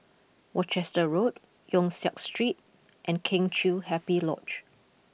Worcester Road Yong Siak Street and Kheng Chiu Happy Lodge